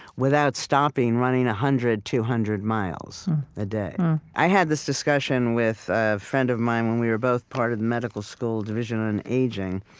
without stopping, running one hundred, two hundred miles a day i had this discussion with a friend of mine, when we were both part of the medical school division on aging,